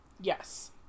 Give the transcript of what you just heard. Yes